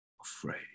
afraid